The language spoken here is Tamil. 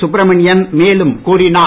சுப்ரமணியன் மேலும் கூறினார்